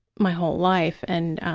my whole life, and